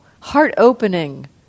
heart-opening